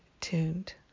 tuned